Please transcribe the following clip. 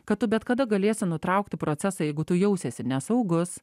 kad tu bet kada galėsi nutraukti procesą jeigu tu jausiesi nesaugus